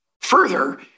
Further